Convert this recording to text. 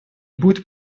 будет